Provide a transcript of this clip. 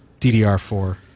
DDR4